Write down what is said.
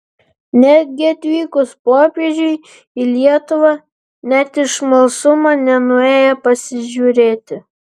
netgi atvykus popiežiui į lietuvą net iš smalsumo nenuėjo pasižiūrėti